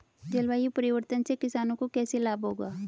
जलवायु परिवर्तन से किसानों को कैसे लाभ होगा?